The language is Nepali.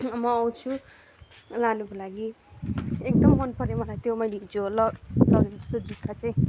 म आउँछु लानुको लागि एकदम मन पऱ्यो मलाई त्यो मैले हिजो लगेको जस्तो जुत्ता चाहिँ